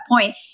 point